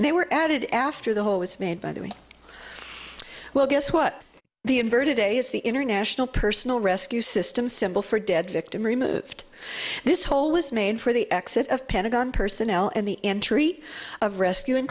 out they were added after the hole was made by the way well guess what the inverted a is the international personal rescue system symbol for dead victim removed this hole was made for the exit of pentagon personnel and the entry of rescue and